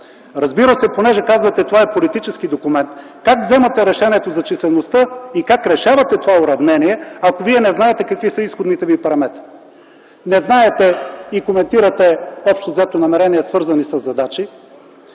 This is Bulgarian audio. разгледани? Понеже казвате „Това е политически документ”, как вземате решението за числеността и как решавате това уравнение, ако вие не знаете какви са изходните ви параметри? Не знаете и коментирате, общо взето, намерения, свързани със задачи;